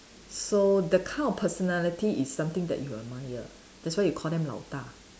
so the kind of personality is something that you admire that's why you call them 老大